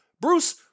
Bruce